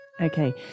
Okay